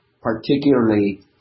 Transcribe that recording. particularly